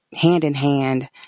hand-in-hand